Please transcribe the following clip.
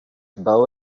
bow